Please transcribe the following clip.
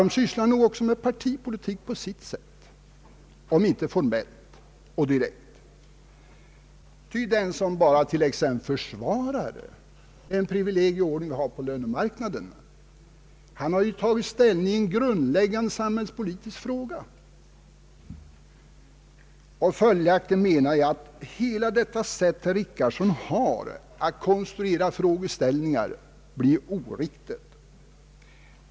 Dessa sysslar nog också med partipolitik på sitt sätt, om inte formellt och direkt, ty den som t.ex. bara försvarar den privilegieordning som råder på lönemarknaden har ju tagit ställning i en grundläggande samhällspolitisk fråga. Jag menar följaktligen att hela det sätt på vilket herr Richardson konstruerar frågeställningar blir oriktigt.